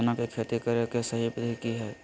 चना के खेती करे के सही विधि की हय?